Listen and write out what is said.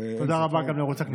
תודה רבה גם לערוץ הכנסת.